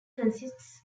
consists